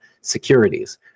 securities